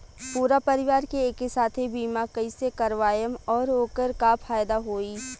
पूरा परिवार के एके साथे बीमा कईसे करवाएम और ओकर का फायदा होई?